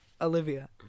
Olivia